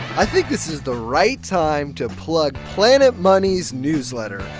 i think this is the right time to plug planet money's newsletter,